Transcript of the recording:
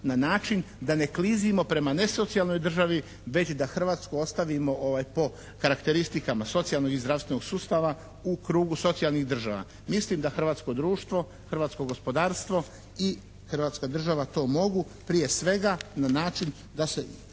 na način da ne klizimo prema nesocijalnoj državi već da Hrvatsku ostavimo po karakteristikama socijalnog i zdravstvenog sustava u krugu socijalnih država. Mislim da hrvatsko društvo, hrvatsko gospodarstvo i hrvatska država to mogu prije svega na način da se